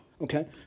Okay